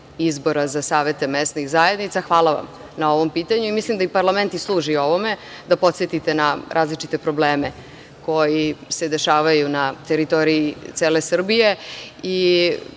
izbora za savete mesnih zajednica. Hvala vam na ovom pitanju. Mislim da parlament i služi ovome, da podsetite na različite probleme koji se dešavaju na teritoriji cele Srbije